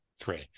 three